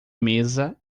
mesa